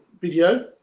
video